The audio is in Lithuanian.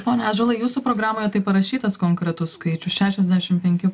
pone ąžuolai jūsų programoje tai parašytas konkretus skaičius šešiasdešim penkiu